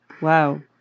Wow